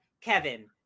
Kevin